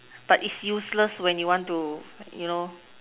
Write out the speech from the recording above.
but its useless when you want to you know